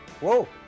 Whoa